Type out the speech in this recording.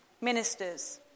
ministers